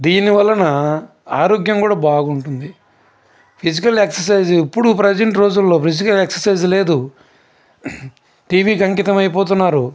దీని వల్ల ఆరోగ్యం కూడా బాగుంటుంది ఫిజికల్ ఎక్సెస్సైజు ఇప్పుడు ప్రజెంటు రోజుల్లో ఫిజికల్ ఎక్సర్సైజ్ లేదు టీవీకి అంకితమై పోతున్నారు